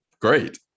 great